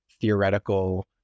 theoretical